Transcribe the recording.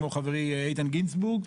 כמו חברי איתן גינזבורג,